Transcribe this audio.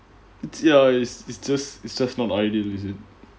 it's ya it's it's just it's just not ideal isn't it